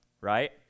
Right